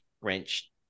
French